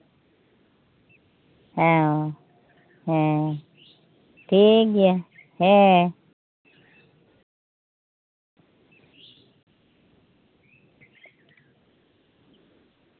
ᱦᱮᱸ ᱦᱮᱸ ᱴᱷᱤᱠᱜᱮᱭᱟ ᱦᱮᱸ